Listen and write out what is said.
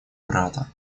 брата